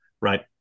right